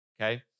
okay